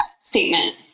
statement